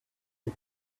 the